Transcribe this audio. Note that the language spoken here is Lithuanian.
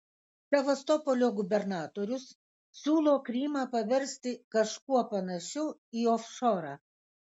sevastopolio gubernatorius siūlo krymą paversti kažkuo panašiu į ofšorą